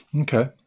okay